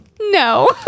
no